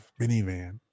minivan